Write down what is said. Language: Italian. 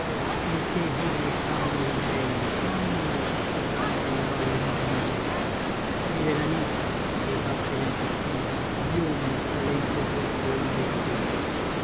in te vivono i fauni ridarelli chhanno le sussurranti aure in balìa vive la ninfa e i passi lenti spia bionda tra le interrotte ombre i capelli